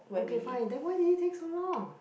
okay fine then why did you take so long